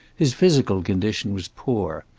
his physical condition was poor.